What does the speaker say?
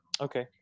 Okay